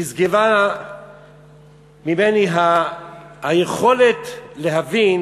נשגבה ממני היכולת להבין